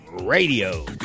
Radio